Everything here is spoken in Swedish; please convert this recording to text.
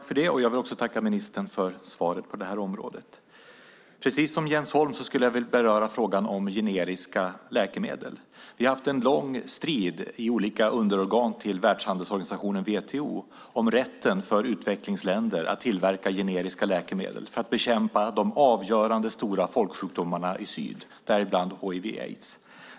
Fru talman! Jag vill också tacka ministern för svaret. Precis som Jens Holm vill jag beröra frågan om generiska läkemedel. Vi har haft en lång strid i olika underorgan till Världshandelsorganisationen, WTO, om rätten för utvecklingsländer att tillverka generiska läkemedel för att bekämpa de avgörande folksjukdomarna i syd, däribland hiv/aids.